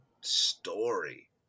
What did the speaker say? story